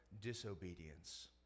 disobedience